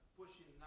pushing